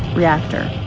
reactor